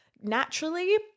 Naturally